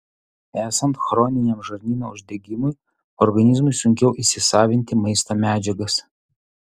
esant chroniniam žarnyno uždegimui organizmui sunkiau įsisavinti maisto medžiagas